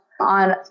on